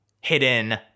hidden